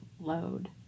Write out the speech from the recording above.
load